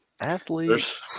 athletes